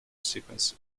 sequence